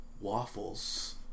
waffles